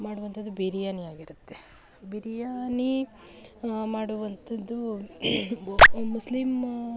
ಮಾಡುವಂಥದ್ದು ಬಿರಿಯಾನಿ ಆಗಿರುತ್ತೆ ಬಿರಿಯಾನಿ ಮಾಡುವಂಥದ್ದು ಮುಸ್ಲಿಮ್